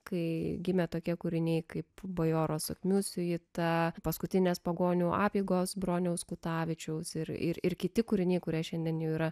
kai gimė tokie kūriniai kaip bajoro sakmių siuita paskutinės pagonių apeigos broniaus kutavičiaus ir ir kiti kūriniai kurie šiandien yra